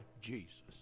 Jesus